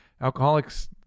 alcoholics